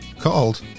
called